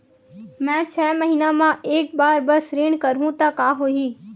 मैं छै महीना म एक बार बस ऋण करहु त का होही?